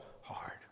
hard